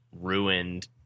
ruined